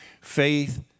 Faith